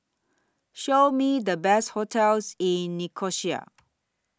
Show Me The Best hotels in Nicosia